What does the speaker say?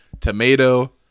tomato